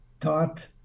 taught